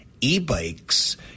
e-bikes